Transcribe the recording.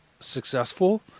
successful